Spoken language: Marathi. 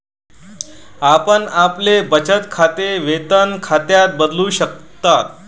आपण आपले बचत खाते वेतन खात्यात बदलू शकता